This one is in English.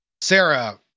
Sarah